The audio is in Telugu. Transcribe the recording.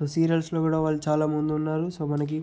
సో సీరియల్స్లో కూడా వాళ్ళు చాలా ముందున్నారు సో మనకి